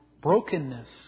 brokenness